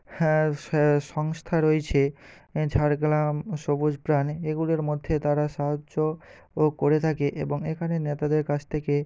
হ্যাঁ সংস্থা রয়েছে ঝাড়গ্রাম সবুজ প্রাণী এগুলোর মধ্যেও তারা সাহায্য ও করে থাকে এবং এখানে নেতাদের কাছ থেকে